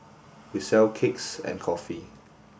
we sell cakes and coffee